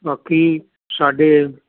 ਬਾਕੀ ਸਾਡੇ